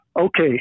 Okay